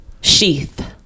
Sheath